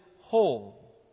whole